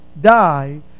Die